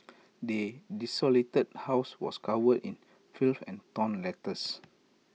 the desolated house was covered in filth and torn letters